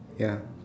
ya